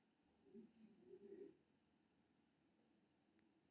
मौलिक विश्लेषक वित्तीय अनुपातक गणना लेल बैलेंस शीट के उपयोग करै छै